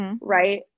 Right